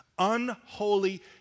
unholy